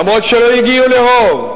אף שלא הגיעו לרוב,